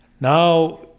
Now